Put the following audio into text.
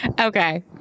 okay